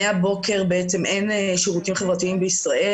מהבוקר אין שירותים חברתיים בישראל.